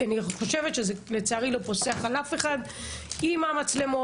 אני חושבת שזה לצערי לא פוסח על אף אחד - עם המצלמות,